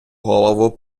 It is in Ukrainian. голову